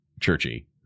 churchy